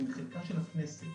מחלקה של הכנסת,